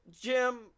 jim